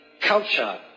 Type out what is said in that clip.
Culture